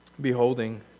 Beholding